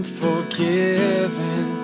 forgiven